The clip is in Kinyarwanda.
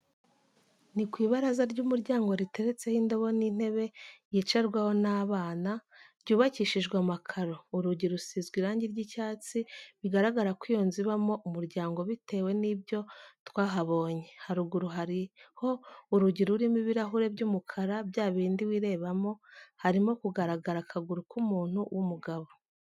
Ni ku ibaraza ry'umuryango riteretseho indobo n'intebe yicarwaho n'abana, ryubakishishwe amakaro, urugi rusizwe irange ry'icyatsi, bigaragara ko iyo nzu ibamo umuryango bitewe n'ibyo twahabonye. Haruguru hariho urugi rurimo ibirahure by'umukara, byabindi wirebamo, harimo kugaragara akaguru ku muntu w'umugabo.